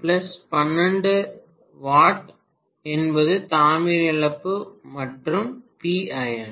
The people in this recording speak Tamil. W என்பது தாமிர இழப்பு மற்றும் PIron